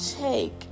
take